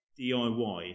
DIY